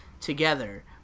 together